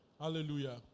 Hallelujah